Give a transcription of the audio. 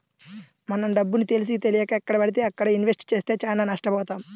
మనం డబ్బుని తెలిసీతెలియక ఎక్కడబడితే అక్కడ ఇన్వెస్ట్ చేస్తే చానా నష్టబోతాం